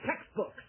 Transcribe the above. textbooks